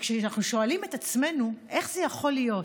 כשאנחנו שואלים את עצמנו איך זה יכול להיות,